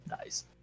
Nice